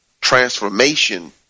transformation